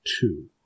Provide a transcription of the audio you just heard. Two